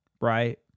right